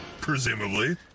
Presumably